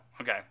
okay